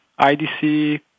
IDC